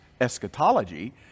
eschatology